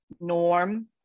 norm